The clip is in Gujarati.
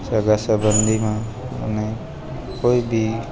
સગા સંબંધીમાં અને કોઈ બી